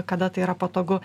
kada tai yra patogu